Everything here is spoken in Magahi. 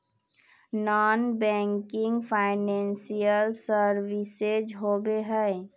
नॉन बैंकिंग फाइनेंशियल सर्विसेज होबे है?